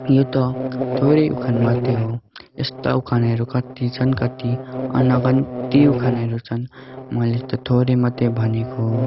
यो त थोरै उखान मात्रै हो यस्ता उखानहरू कति छन् कति अनगन्ती उखानहरू छन् मैले त थोरै मात्रै भनेको हो